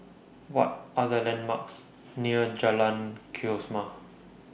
What Are The landmarks near Jalan Kesoma